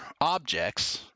objects